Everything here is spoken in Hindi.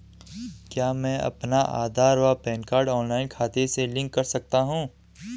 क्या मैं अपना आधार व पैन कार्ड ऑनलाइन खाते से लिंक कर सकता हूँ?